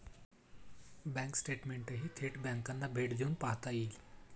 bank स्टेटमेंटही थेट बँकांना भेट देऊन पाहता येईल